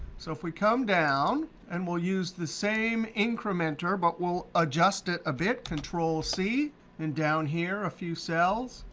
so if we come down, and we'll use the same incrementor but we'll adjust it a bit, control c and down here a few cells,